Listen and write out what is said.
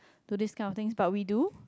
do this kind of things but we do